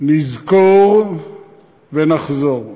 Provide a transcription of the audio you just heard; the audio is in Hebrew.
נזכור ונחזור.